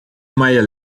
maia